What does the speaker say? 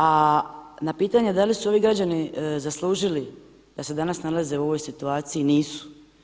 A na pitanje da li su ovi građani zaslužili da se danas nalaze u ovoj situaciji nisu.